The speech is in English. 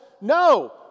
No